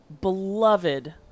beloved